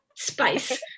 spice